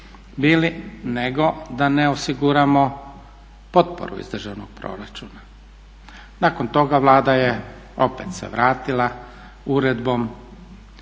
bili nego da ne osiguramo potporu iz državnog proračuna. Nakon toga Vlada je opet se vratila, uredbom